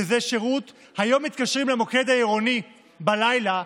היום מתקשרים למוקד העירוני בלילה,